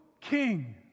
king